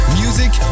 music